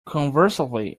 conversely